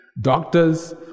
doctors